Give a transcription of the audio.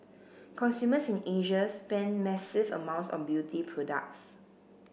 consumers in Asia spend massive amounts on beauty products